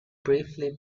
briefly